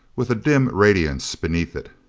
with a dim radiance beneath it.